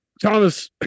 Thomas